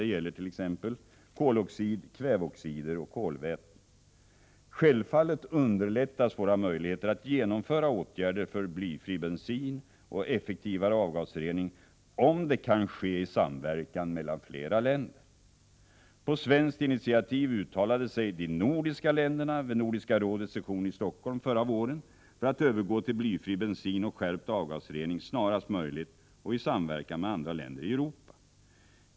Det gäller t.ex. koloxid, kväveoxider och kolväten. Självfallet underlättas våra möjligheter att genomföra åtgärder för blyfri bensin och effektivare avgasrening om det kan ske i samverkan mellan flera länder. På svenskt initiativ uttalade sig de nordiska länderna vid Nordiska rådets session i Stockholm förra våren för att övergå till blyfri bensin och skärpt avgasrening snarast möjligt och i samverkan med andra länder i Europa.